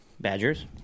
Badgers